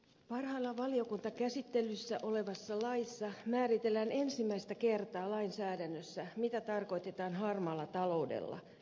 parhaillaan valiokuntakäsittelyssä olevassa laissa määritellään ensimmäistä kertaa lainsäädännössä mitä tarkoitetaan harmaalla taloudella